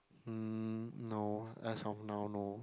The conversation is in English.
mm no as of now no